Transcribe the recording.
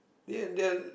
ya they're